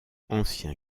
ancien